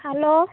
hello